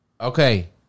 Okay